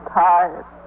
tired